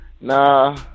nah